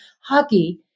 hockey